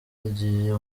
yagiye